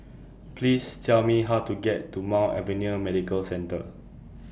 Please Tell Me How to get to Mount Alvernia Medical Centre